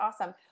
awesome